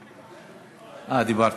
אינה נוכחת, חברת הכנסת עדי קול, דיברת,